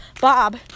Bob